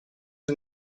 nel